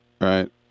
Right